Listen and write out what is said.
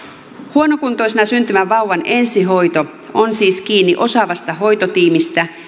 huonokuntoisena syntyvän vauvan ensihoito on siis kiinni osaavasta hoitotiimistä